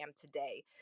today